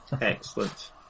Excellent